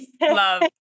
love